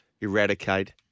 Eradicate